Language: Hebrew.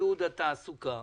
עידוד התעסוקה